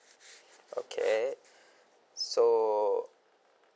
okay so